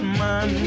man